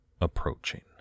approaching